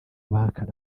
abahakana